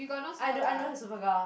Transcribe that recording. I don't I don't have Superga